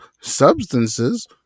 substances